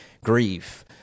grief